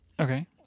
Okay